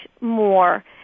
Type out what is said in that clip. more